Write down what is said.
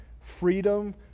freedom